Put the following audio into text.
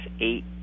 eight